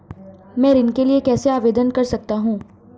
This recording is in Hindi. मैं ऋण के लिए कैसे आवेदन कर सकता हूं?